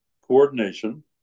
coordination